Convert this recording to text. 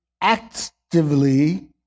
actively